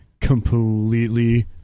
completely